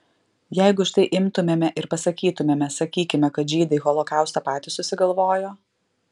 jeigu štai imtumėme ir pasakytumėme sakykime kad žydai holokaustą patys susigalvojo